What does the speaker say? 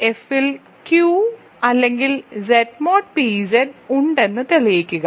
F ൽ Q അല്ലെങ്കിൽ Z mod p Z ഉണ്ടെന്ന് തെളിയിക്കുക